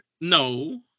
no